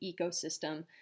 ecosystem